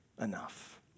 enough